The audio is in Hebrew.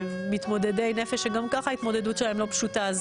מתמודדי נפש שגם ככה ההתמודדות שלהם לא פשוטה,